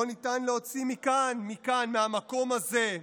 לא ניתן להוציא מכאן, מכאן, מהמקום הזה,